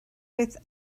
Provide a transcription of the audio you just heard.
beth